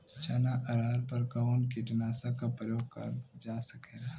चना अरहर पर कवन कीटनाशक क प्रयोग कर जा सकेला?